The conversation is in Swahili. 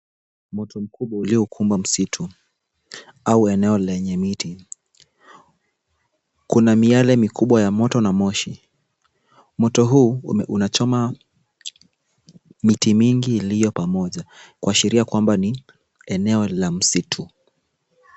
Moto mkubwa uliokumba msitu au eneo lenye miti. Kuna miale mikubwa ya moto na moshi. Moto huu unachoma miti mingi iliyo pamoja, kuashiria kwamba ni eneo la msitu.